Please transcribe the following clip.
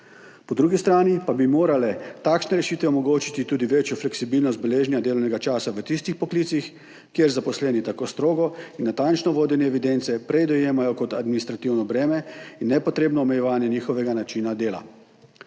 Po drugi strani pa bi morale takšne rešitve omogočiti tudi večjo fleksibilnost beleženja delovnega časa v tistih poklicih, kjer zaposleni tako strogo in natančno vodenje evidence prej dojemajo kot administrativno breme in nepotrebno omejevanje njihovega načina dela.